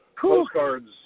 Postcards